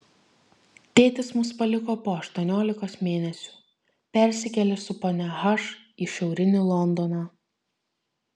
tėtis mus paliko po aštuoniolikos mėnesių persikėlė su ponia h į šiaurinį londoną